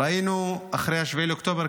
ראינו אחרי 7 באוקטובר